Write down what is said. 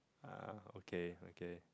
uh okay okay